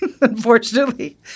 unfortunately